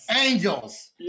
Angels